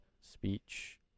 speech